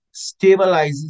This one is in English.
stabilizes